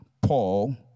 Paul